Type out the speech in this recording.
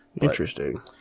Interesting